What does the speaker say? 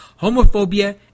Homophobia